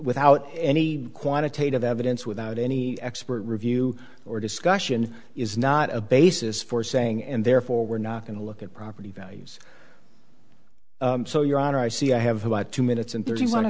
without any quantitative evidence without any expert review or discussion is not a basis for saying and therefore we're not going to look at property values so your honor i see i have about two minutes and thirty one